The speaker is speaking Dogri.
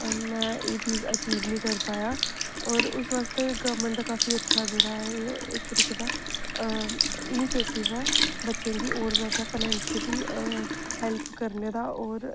में एह् चीज अचीव निं करी पाया होर उस बास्तै गौरमेंट दा काफी अच्छा जेह्ड़ा ऐ एह् इक तरीके दा इनीशिएटिव ऐ बच्चें गी होर जादा फाइनेंशियली हेल्प करने दा होर